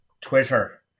Twitter